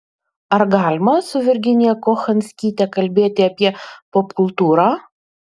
ar galima su virginija kochanskyte kalbėti apie popkultūrą